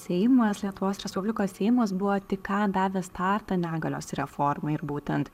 seimas lietuvos respublikos seimas buvo tik ką davęs startą negalios reformai ir būtent